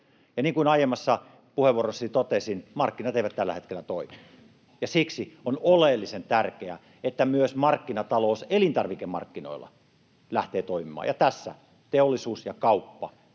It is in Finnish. Ja niin kuin aiemmassa puheenvuorossani totesin, markkinat eivät tällä hetkellä toimi, ja siksi on oleellisen tärkeää, että myös markkinatalous elintarvikemarkkinoilla lähtee toimimaan, ja tässä teollisuus ja kauppa